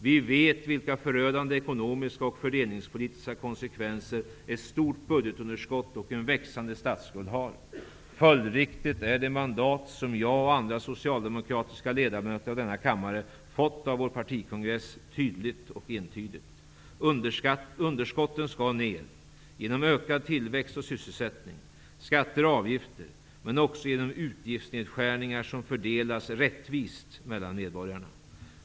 Vi vet vilka förödande ekonomiska och fördelningspolitiska konsekvenser ett stort budgetunderskott och en växande statsskuld har. Följdriktigt är det mandat som jag och andra socialdemokratiska ledamöter av denna kammare fått av vår partikongress tydligt och entydigt: Underskotten skall ned; genom ökad tillväxt och sysselsättning, skatter och avgifter, men också genom utgiftsnedskärningar som fördelas rättvist mellan medborgarna.